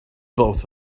both